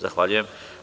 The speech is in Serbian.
Zahvaljujem.